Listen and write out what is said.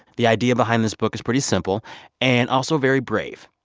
the idea behind this book is pretty simple and also very brave.